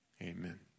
amen